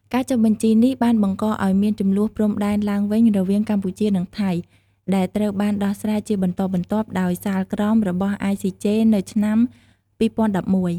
ការចុះបញ្ជីនេះបានបង្កឲ្យមានជម្លោះព្រំដែនឡើងវិញរវាងកម្ពុជា និងថៃ ដែលត្រូវបានដោះស្រាយជាបន្តបន្ទាប់ដោយសាលក្រមរបស់ ICJ នៅឆ្នាំ ២០១១។